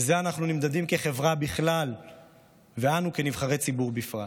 בזה אנחנו נמדדים כחברה בכלל ואנו כנבחרי ציבור בפרט.